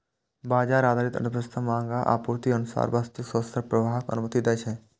बाजार आधारित अर्थव्यवस्था मांग आ आपूर्तिक अनुसार वस्तुक स्वतंत्र प्रवाहक अनुमति दै छै